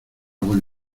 buen